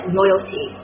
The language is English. loyalty